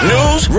News